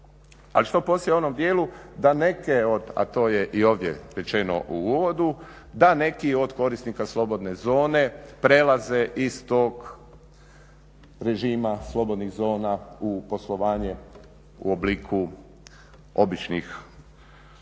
Ali što poslije u onom djelu da neke od a to je i ovdje rečeno u uvodu da neki od korisnika slobodne zone prelaze iz tog režima slobodnih zona u poslovanje u obliku običnih poslovnih